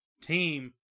team